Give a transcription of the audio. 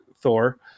Thor